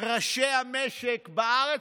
ראשי המשק בארץ,